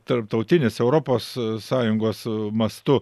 tarptautinis europos sąjungos mastu